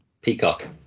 Peacock